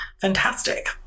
fantastic